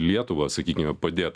lietuvą sakykime padėt